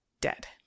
dead